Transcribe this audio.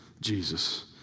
Jesus